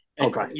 Okay